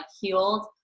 healed